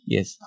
Yes